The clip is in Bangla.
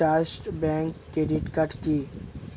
ট্রাস্ট ব্যাংক ক্রেডিট কার্ড কি?